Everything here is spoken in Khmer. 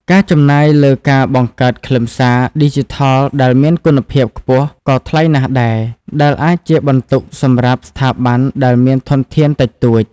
ការចំណាយលើការបង្កើតខ្លឹមសារ ឌីជីថលដែលមានគុណភាពខ្ពស់ក៏ថ្លៃណាស់ដែរ ដែលអាចជាបន្ទុកសម្រាប់ស្ថាប័នដែលមានធនធានតិចតួច។